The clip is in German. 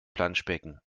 planschbecken